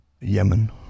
Yemen